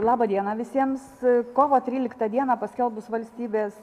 labą dieną visiems kovo tryliktą dieną paskelbus valstybės